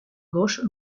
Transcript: gauche